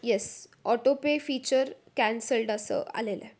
yes autopay feature cancelled असं आलेलं आहे